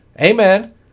Amen